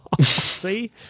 See